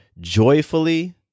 joyfully